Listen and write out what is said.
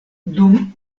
dum